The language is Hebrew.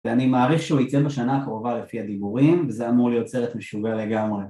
ואני מעריך שהוא ייצא בשנה הקרובה לפי הדיבורים וזה אמור להיות סרט משוגע לגמרי